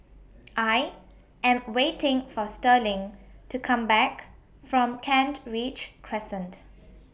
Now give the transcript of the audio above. I Am waiting For Sterling to Come Back from Kent Ridge Crescent